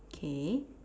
K